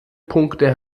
punkte